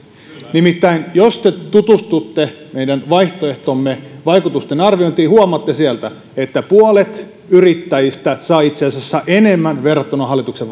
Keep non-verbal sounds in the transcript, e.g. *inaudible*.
nimittäin jos te tutustutte meidän vaihtoehtomme vaikutusten arviointiin huomaatte sieltä että puolet yrittäjistä saa itse asiassa enemmän verrattuna hallituksen *unintelligible*